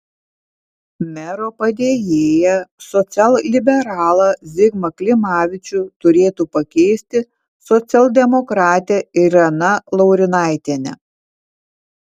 mero padėjėją socialliberalą zigmą klimavičių turėtų pakeisti socialdemokratė irena laurinaitienė